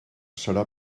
serà